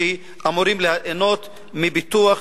שאמורים ליהנות מפיתוח,